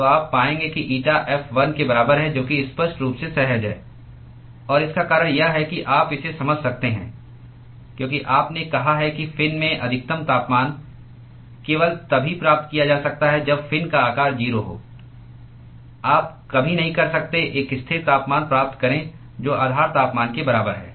तो आप पाएंगे कि eta f 1 के बराबर है जो कि स्पष्ट रूप से सहज है और इसका कारण यह है कि आप इसे समझ सकते हैं क्योंकि आपने कहा है कि फिन में अधिकतम तापमान केवल तभी प्राप्त किया जा सकता है जब फिन का आकार 0 हो आप कभी नहीं कर सकते एक स्थिर तापमान प्राप्त करें जो आधार तापमान के बराबर है